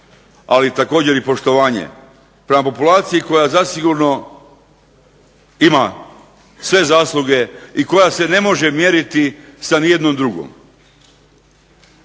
ali također i poštovanje prema populaciji koja zasigurno ima sve zasluge i koja se ne može mjeriti sa nijednom drugom.